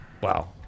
Wow